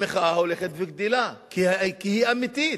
המחאה הולכת וגדלה, כי היא אמיתית.